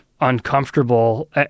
uncomfortable